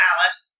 Alice